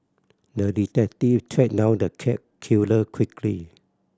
the detective tracked down the cat killer quickly